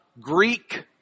Greek